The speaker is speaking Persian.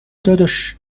داداش